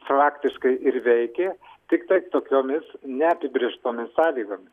fraktiškai ir veikė tiktai tokiomis neapibrėžtomis sąlygomis